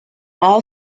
all